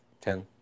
ten